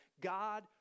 God